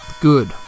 Good